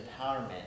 empowerment